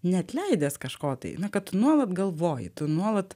neatleidęs kažko tai kad tu nuolat galvoji tu nuolat